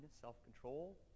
self-control